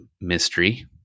mystery